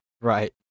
Right